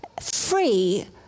free